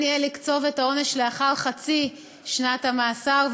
יהיה לקצוב את העונש לאחר חצי שנת מאסר,